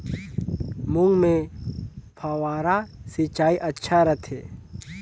मूंग मे फव्वारा सिंचाई अच्छा रथे?